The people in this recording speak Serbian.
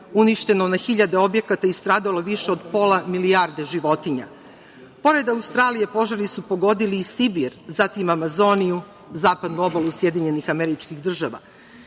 uništeno na hiljade objekata i stradalo više od pola milijarde životinja. Pored Australije, požari su pogodili i Sibir, zatim Amazoniju, zapadnu obalu SAD, zatim katastrofalne